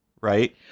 Right